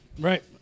Right